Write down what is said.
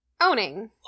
Owning